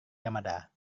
yamada